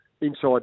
inside